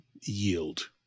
yield